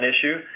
issue